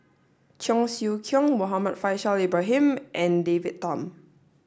Cheong Siew Keong Muhammad Faishal Ibrahim and David Tham